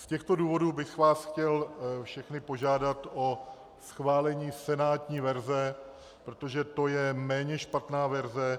Z těchto důvodů bych vás chtěl všechny požádat o schválení senátní verze, protože to je méně špatná verze.